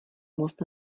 most